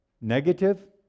negative